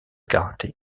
karaté